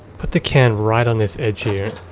put the can right on this edge here,